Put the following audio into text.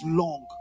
long